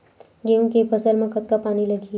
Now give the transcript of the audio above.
गेहूं के फसल म कतका पानी लगही?